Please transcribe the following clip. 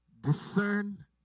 discern